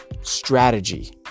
strategy